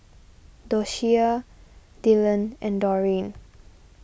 Doshia Dyllan and Dorine